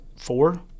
four